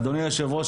אדוני היושב-ראש,